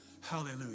Hallelujah